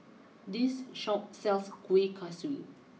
this Shop sells Kueh Kaswi